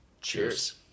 cheers